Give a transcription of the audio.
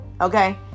okay